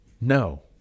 no